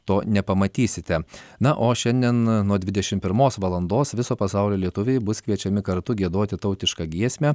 to nepamatysite na o šiandien nuo dvidešim pirmos valandos viso pasaulio lietuviai bus kviečiami kartu giedoti tautišką giesmę